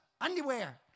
Underwear